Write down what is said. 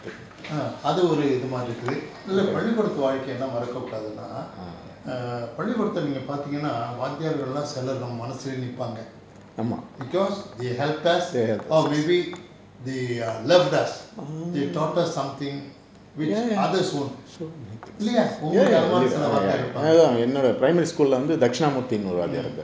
err அது ஒரு இது மாரி இருக்குது இல்ல பள்ளிக்கூடத்து வாழ்க்க என்ன மறக்க கூடாதுன்னா:athu oru ithu maari irukkuthu illa pallikoodathu vaalkkai enna marakka koodathunna err பள்ளிகூடத்துல நீங்க பார்த்தீங்கனா வாத்தியார்கள்ளாம் சிலர் நம்ம மனசுலேயே நிப்பாங்க:pallikoodathula neenga paartheengana vathiyaarkallam silar namma manasulaye nippaanga because he helped us or maybe they loved us they taught us something which others won't இல்லையா உங்களுக்கு அந்த மாரி சில வாத்தியாருங்க இருப்பாங்க:illaya unkalukku antha maari sila vathiyaarunga irupaanga mm